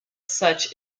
such